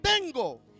tengo